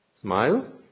Smile